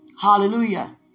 Hallelujah